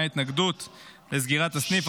ובהם תרומת הסניף לשירותים הניתנים ללקוחות התאגיד הבנקאי,